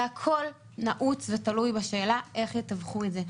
הכול נעוץ ותלוי בשאלה איך יתווכו את זה.